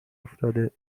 افتاده